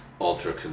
ultra